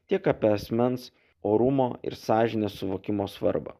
tiek apie asmens orumo ir sąžinės suvokimo svarbą